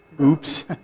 Oops